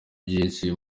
byinshi